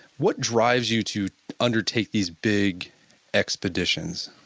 what drives you to undertake these big expeditions?